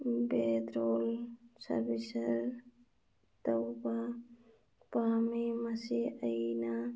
ꯕꯦꯗ꯭ꯔꯣꯜ ꯁꯥꯔꯕꯤꯁꯔ ꯇꯧꯕ ꯄꯥꯝꯃꯦ ꯃꯁꯤ ꯑꯩꯅ